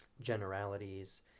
generalities